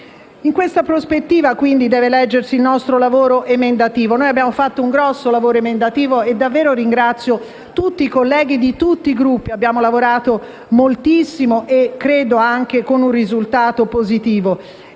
In questa prospettiva, quindi, deve leggersi il nostro lavoro emendativo. Abbiamo fatto un grande lavoro emendativo e ringrazio i colleghi di tutti i Gruppi. Abbiamo lavorato moltissimo ottenendo anche un risultato positivo.